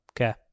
Okay